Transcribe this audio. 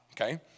Okay